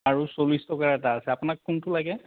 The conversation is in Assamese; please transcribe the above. আৰু চল্লিছ টকাৰ এটা আছে আপোনাক কোনটো লাগে